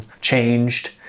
changed